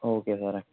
okay സാറേ